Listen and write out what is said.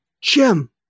Jim